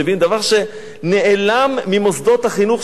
דבר שנעלם ממוסדות החינוך שלנו.